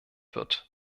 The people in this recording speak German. wird